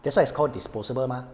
that's why it's called disposable mah